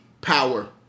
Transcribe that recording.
power